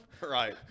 Right